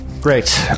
Great